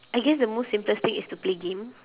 I guess the most simplest thing is to play game